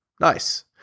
Nice